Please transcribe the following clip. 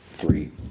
Three